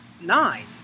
nine